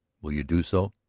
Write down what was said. will you do so?